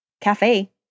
cafe